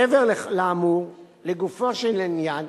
מעבר לאמור, לגופו של עניין,